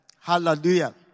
Hallelujah